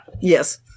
Yes